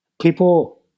people